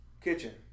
Kitchen